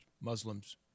Muslims